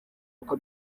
uko